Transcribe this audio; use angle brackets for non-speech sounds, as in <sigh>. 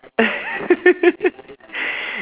<laughs>